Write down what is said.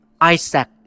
Isaac